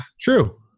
true